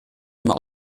immer